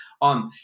on